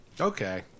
Okay